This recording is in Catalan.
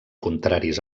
contraris